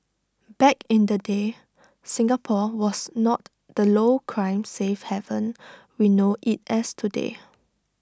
back in the day Singapore was not the low crime safe haven we know IT as today